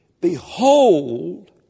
behold